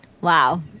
Wow